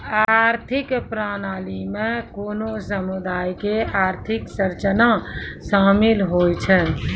आर्थिक प्रणाली मे कोनो समुदायो के आर्थिक संरचना शामिल होय छै